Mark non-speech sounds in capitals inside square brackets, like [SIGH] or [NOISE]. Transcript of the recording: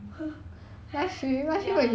[LAUGHS]